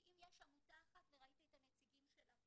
כי אם יש עמותה אחת, וראיתי את הנציגים שלה היום,